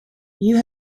you